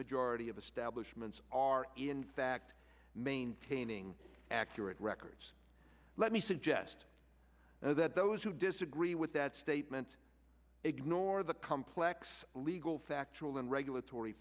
majority of establishment are in fact maintaining accurate records let me suggest now that those who disagree with that statement ignore the complex legal factual and regulatory